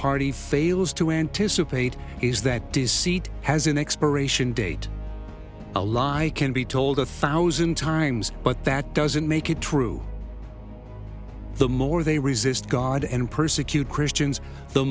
party fails to anticipate is that deceit has an expiration date a lie can be told a thousand times but that doesn't make it true the more they resist god and persecute christians the